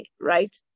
right